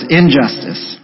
injustice